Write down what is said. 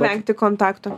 vengti kontakto